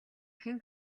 хэн